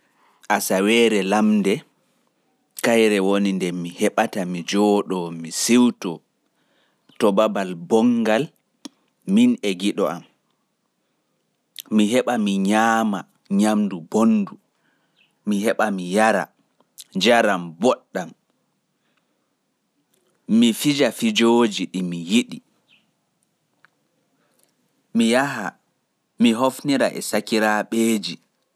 Asaweere bonde kaire woni nde mi heɓata mi jooɗo mi siwto to babal bonngal min e giɗo-am. Mi heɓa mi nyaama, mi yara, mi fija kala fijooji ɗi mi yiɗi.